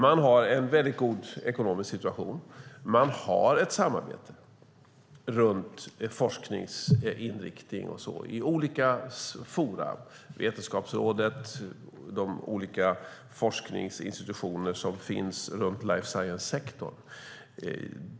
Man har en väldigt god ekonomisk situation. Man har ett samarbete när det gäller forskningsinriktning i olika forum som Vetenskapsrådet och olika forskningsinstitutioner i life science-sektorn.